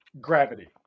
Gravity